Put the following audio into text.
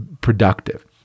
productive